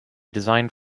designed